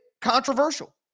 controversial